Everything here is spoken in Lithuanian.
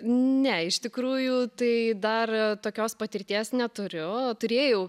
ne iš tikrųjų tai dar tokios patirties neturiu turėjau